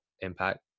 impact